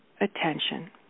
attention